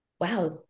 wow